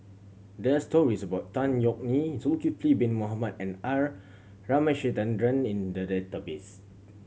there are stories about Tan Yeok Nee Zulkifli Bin Mohamed and R Ramachandran in the database